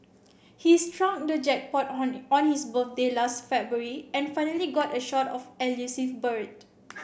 he struck the jackpot on his birthday last February and finally got a shot of elusive bird